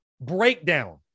breakdown